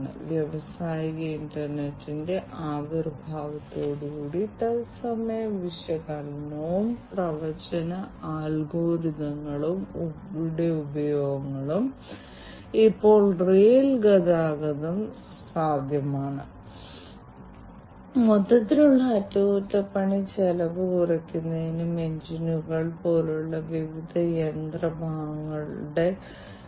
അപകടസാധ്യതയുടെ പ്രശ്നങ്ങൾ വ്യത്യസ്ത സുരക്ഷാ പ്രശ്നങ്ങൾ അവതരിപ്പിക്കുക വ്യത്യസ്ത തരം ആക്രമണകാരികളെ ആകർഷിക്കുക ഇത് തികച്ചും സാദ്ധ്യമാണ് കൂടാതെ സൈബർ സുരക്ഷയുമായോ വിവര സുരക്ഷയുമായോ സിസ്റ്റം സുരക്ഷിതവുമായോ ബന്ധപ്പെട്ട മറ്റ് പ്രശ്നങ്ങൾ സ്വകാര്യത പ്രശ്നമാണ്